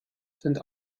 sind